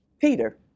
Peter